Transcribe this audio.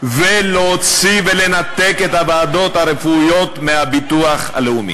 ולהוציא ולנתק את הוועדות הרפואיות מהביטוח הלאומי.